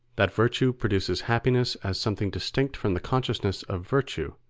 that virtue produces happiness as something distinct from the consciousness of virtue,